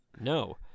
no